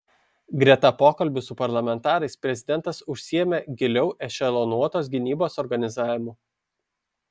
greta pokalbių su parlamentarais prezidentas užsiėmė giliau ešelonuotos gynybos organizavimu